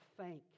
thank